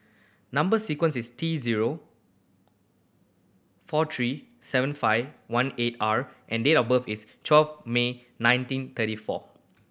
number sequence is T zero four three seven five one eight R and date of birth is twelve May nineteen thirty four